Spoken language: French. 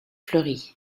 fleury